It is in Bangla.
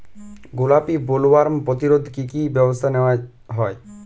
গোলাপী বোলওয়ার্ম প্রতিরোধে কী কী ব্যবস্থা নেওয়া হয়?